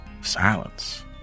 silence